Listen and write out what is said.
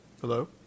Hello